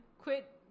quit